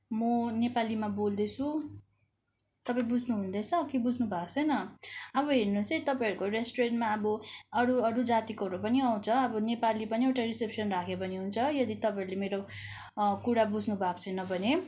म नेपालीमा बोल्दैछु तपाईँ बुझ्नुहुँदैछ कि बुझ्नुभएको छैन अब हेर्नुहोस् है तपाईँहरूको रेस्टुरेन्टमा अब अरू अरू जातिकोहरू पनि आउँछ अब नेपाली पनि एउटा रिसेप्सन राख्यो भने हुन्छ यदि तपाईँहरूले मेरो कुरा बुझ्नुभएको छैन भने